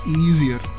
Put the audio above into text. easier